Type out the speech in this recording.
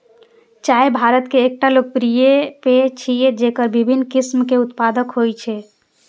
चाय भारत के एकटा लोकप्रिय पेय छियै, जेकर विभिन्न किस्म के उत्पादन होइ छै